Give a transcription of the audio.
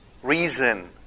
Reason